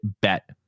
bet